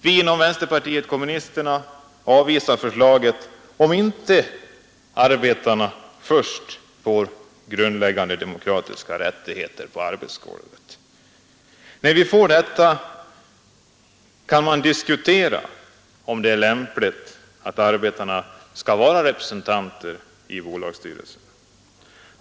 Vi inom vänsterpartiet kommunisterna avvisar förslaget, om inte arbetarna först får grundläggande demokratiska rättigheter på arbetsgolvet. När vi fått detta kan man diskutera om det är lämpligt att arbetarna skall vara representanter i bolagsstyrelserna.